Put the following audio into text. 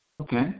Okay